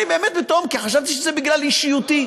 אני באמת, בתום, חשבתי שזה בגלל אישיותי.